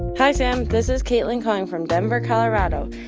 hi, sam. this is caitlin calling from denver, colo. ah but